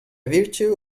virtue